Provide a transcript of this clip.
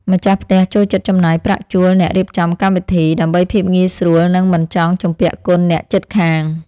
ម្ចាស់ផ្ទះចូលចិត្តចំណាយប្រាក់ជួលអ្នករៀបចំកម្មវិធី ដើម្បីភាពងាយស្រួលនិងមិនចង់ជំពាក់គុណអ្នកជិតខាង។